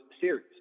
series